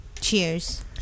Cheers